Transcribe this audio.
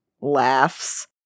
laughs